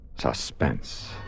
Suspense